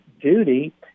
duty